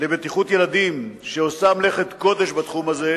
לבטיחות ילדים, שעושה מלאכת קודש בתחום הזה,